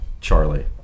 Charlie